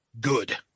good